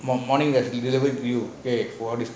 morning morning he deliver to you okay